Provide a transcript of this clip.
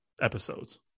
episodes